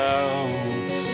out